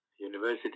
University